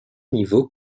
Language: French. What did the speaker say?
niveau